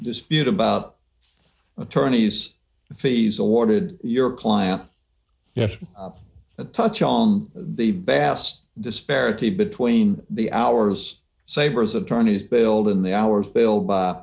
dispute about attorneys fees awarded your client yes that touch on the bass disparity between the hours sabers attorneys billed in the hours bill by